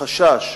חשש